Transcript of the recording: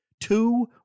two